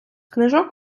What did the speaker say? книжок